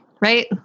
Right